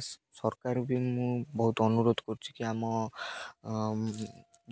ସରକାର ବି ମୁଁ ବହୁତ ଅନୁରୋଧ କରୁଛି କି ଆମ